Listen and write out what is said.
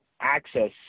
access